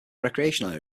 recreational